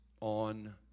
on